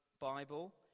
Bible